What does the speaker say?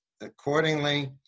accordingly